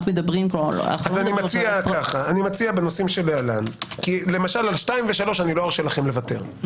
אני מציע בנושאים שלהלן כי למשל על 2 ו-3 לא ארשה לכם לוותר,